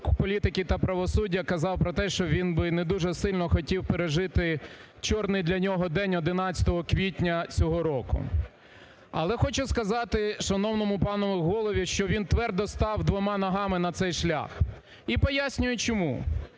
політики та правосуддя казав про те, що він би й не дуже сильно хотів пережити чорний для нього день 11 квітня цього року. Але хочу сказати шановному пану голові, що він твердо став двома ногами на цей шлях. І пояснюю чому.